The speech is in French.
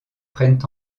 prennent